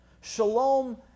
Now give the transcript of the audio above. Shalom